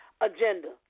agenda